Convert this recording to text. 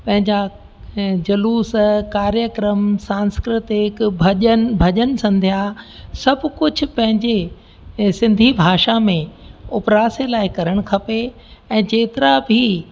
पंहिंजा ए जलूस कार्यक्रम सांस्कृतिक भॼन भॼन संध्या सभु कुझु पंहिंजे सिंधी भाषा में उप्रास लाइ करणु खपे ऐं जेतिरा बि